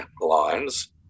lines